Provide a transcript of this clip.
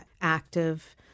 active